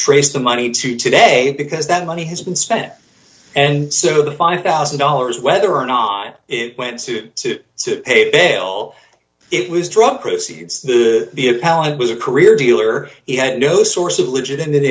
trace the money to today because that money has been spent and so the five thousand dollars whether or not it went to two dollars to pay bail it was drug proceeds the appellate was a career dealer he had no source of legitimate